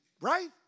right